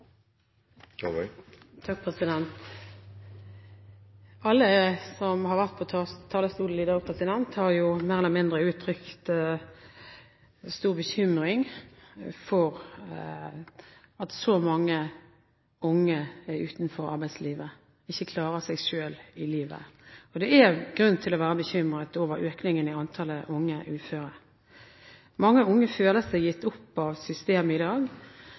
Alle som har vært på talerstolen i dag, har mer eller mindre uttrykt stor bekymring for at så mange unge er utenfor arbeidslivet og ikke klarer seg selv i livet. Og det er grunn til å være bekymret over økningen i antallet unge uføre. Mange unge føler seg gitt opp av systemet i